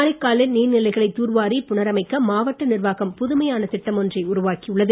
காரைக்காலில் நீர்நிலைகளை தூர்வாரி புனரமைக்க மாவட்ட நிர்வாகம் புதுமையான திட்டம் ஒன்றை உருவாக்கியுள்ளது